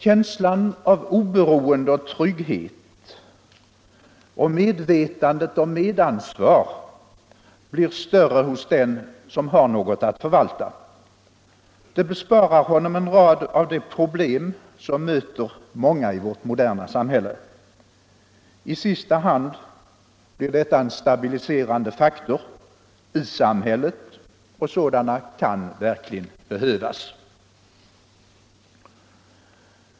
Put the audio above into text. Känslan av oberoende och trygghet och medvetandet om medansvar blir större hos den som har något att förvalta. Det besparar honom en rad av de problem, som möter många i vårt moderna samhälle. I sista hand blir detta en stabiliserande faktor i samhället. Och sådana kan verkligen behövas.